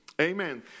Amen